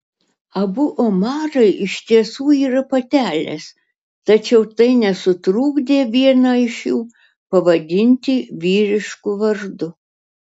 abu omarai iš tiesų yra patelės tačiau tai nesutrukdė vieną iš jų pavadinti vyrišku vardu